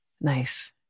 Nice